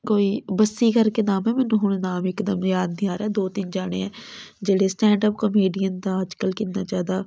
ਕੋਈ ਬੱਸੀ ਕਰਕੇ ਨਾਮ ਹੈ ਮੈਨੂੰ ਹੁਣ ਨਾਮ ਇੱਕ ਦਮ ਯਾਦ ਨਹੀਂ ਆ ਰਿਹਾ ਦੋ ਤਿੰਨ ਜਾਣੇ ਆ ਜਿਹੜੇ ਸਟੈਂਡ ਅਪ ਕਮੇਡੀਅਨ ਦਾ ਅੱਜ ਕੱਲ੍ਹ ਕਿੰਨਾ ਜ਼ਿਆਦਾ